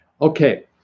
Okay